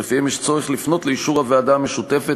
שלפיהם יש צורך לפנות לאישור הוועדה המשותפת